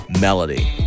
melody